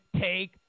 take